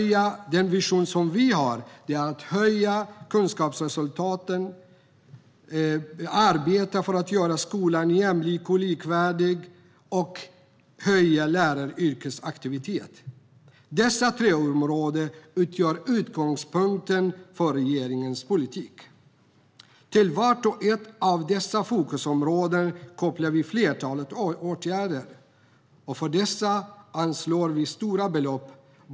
Den vision som vi har är att höja kunskapsresultaten, att göra skolan jämlik och likvärdig och att höja läraryrkets attraktivitet. Dessa tre områden utgör utgångspunkten för regeringens politik. Till vart och ett av dessa fokusområden kopplar vi ett flertal åtgärder, och för dessa anslår vi stora belopp.